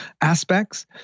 aspects